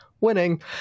Winning